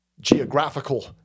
geographical